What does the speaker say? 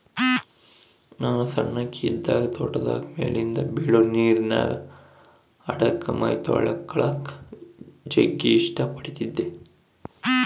ನಾನು ಸಣ್ಣಕಿ ಇದ್ದಾಗ ತೋಟದಾಗ ಮೇಲಿಂದ ಬೀಳೊ ನೀರಿನ್ಯಾಗ ಆಡಕ, ಮೈತೊಳಕಳಕ ಜಗ್ಗಿ ಇಷ್ಟ ಪಡತ್ತಿದ್ದೆ